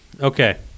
Okay